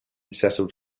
settled